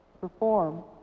perform